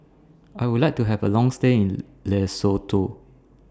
I Would like to Have A Long stay in Lesotho